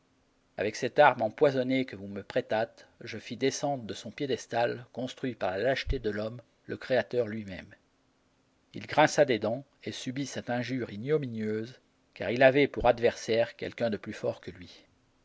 avec cette arme empoisonnée que vous me prêtâtes je fis descendre de son piédestal construit par la lâcheté de l'homme le créateur lui-même il grinça des dents et subit cette injure ignominieuse car il avait pour adversaire quelqu'un de plus fort que lui